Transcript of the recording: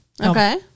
Okay